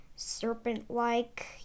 serpent-like